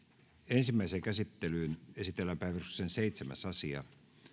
ensimmäiseen käsittelyyn esitellään päiväjärjestyksen seitsemäs asia